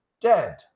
dead